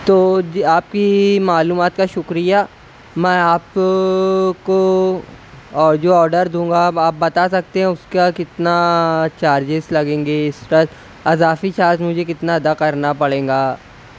تو جی آپ کی معلومات کا شکریہ میں آپ کو جو آڈر دوں گا اب آپ بتا سکتے ہیں اس کا کتنا چارجز لگیں گے اس وقت اضافی چارج مجھے کتنا ادا کرنا پڑے گا